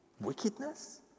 wickedness